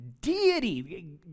deity